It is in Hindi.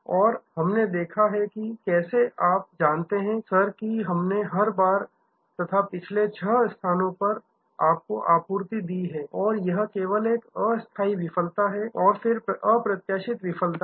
और हमने देखा है कि कैसे और आप जानते हैं सर की हमने हर बार तथा पिछले छह स्थानों पर आपको आपूर्ति दी है और यह केवल एक अस्थाई विफलता और फिर अप्रत्याशित विफलता है